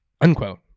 unquote